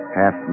half